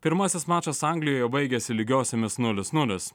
pirmasis mačas anglijoje baigėsi lygiosiomis nulis nulis